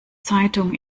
zeitung